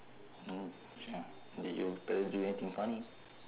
did you parents do anything funny